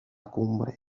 cumbre